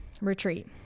retreat